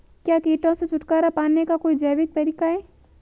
क्या कीटों से छुटकारा पाने का कोई जैविक तरीका है?